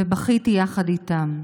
ובכיתי יחד איתם.